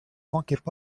manquaient